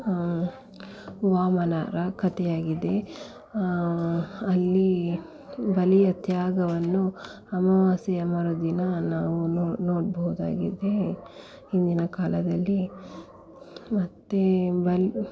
ವಾಮನರ ಕಥೆಯಾಗಿದೆ ಅಲ್ಲಿ ಬಲಿಯ ತ್ಯಾಗವನ್ನು ಅಮಾವಾಸ್ಯೆಯ ಮರುದಿನ ನಾವು ನೋಡ್ಬೋದಾಗಿದೆ ಹಿಂದಿನ ಕಾಲದಲ್ಲಿ ಮತ್ತೆ ಬಲಿ